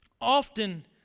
Often